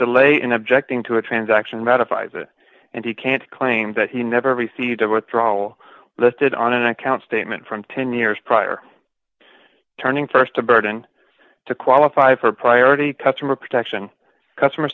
delay in objecting to a transaction metaphysics and he can't claim that he never received a withdrawal listed on an account statement from ten years prior turning st to burden to qualify for priority customer protection customer